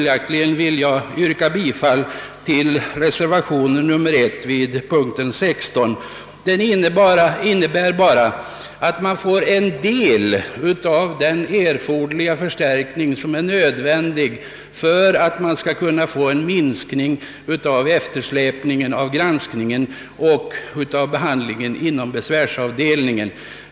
Jag vill därför yrka bifall till reservation nr 1, som innebär att patentverket får en del av den förstärkning som är nödvändig för att åstadkomma en minskning av eftersläpningen av granskningen och behandlingen inom besvärsavdelningen.